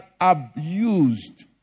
abused